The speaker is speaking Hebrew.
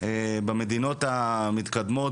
במדינות המתקדמות,